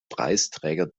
preisträger